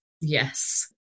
Yes